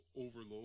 overload